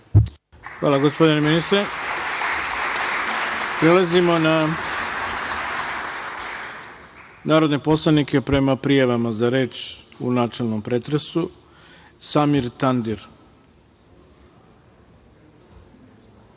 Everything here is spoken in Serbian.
Hvala, gospodine ministre. Prelazimo na narodne poslanike prema prijavama za reč u načelnom pretresu. Reč ima Samir